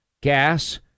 gas